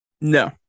No